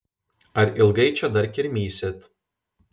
ar ilgai čia dar kirmysit